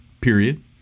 period